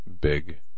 big